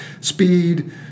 speed